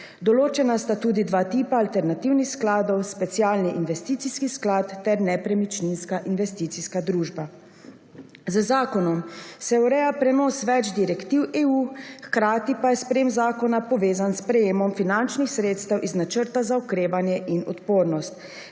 Določena sta tudi dva tipa alternativnih skladov, specialni investicijskih sklad ter nepremičninska investicijska družba. Z zakonom se ureja prenos več direktiv EU hkrati pa je sprejem zakona povezan s sprejemom finančnih sredstev iz Načrta za okrevanje in odpornost,